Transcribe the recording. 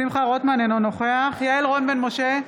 אינו נוכח יעל רון בן משה,